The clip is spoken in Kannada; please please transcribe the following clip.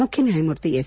ಮುಖ್ಯ ನ್ಯಾಯಮೂರ್ತಿ ಎಸ್